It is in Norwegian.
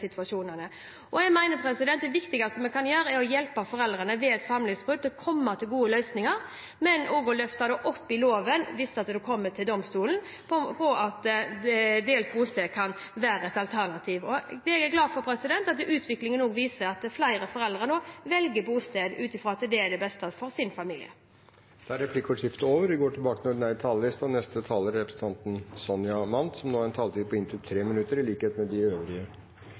situasjonene. Jeg mener det viktigste vi kan gjøre, er å hjelpe foreldrene til å komme fram til gode løsninger ved samlivsbrudd, men også å løfte det opp i loven, hvis det kommer til domstolen at delt bosted kan være et alternativ. Jeg er glad for at utviklingen nå viser at flere foreldre velger delt bosted ut fra at det er det beste for deres familie. Replikkordskiftet er over. Jeg har bare lyst til å knytte noen kommentarer til innleggene. Kristelig Folkeparti viste til forskning som viser at barn tar skade av lovendringen, og støtter seg på